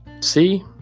see